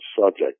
subject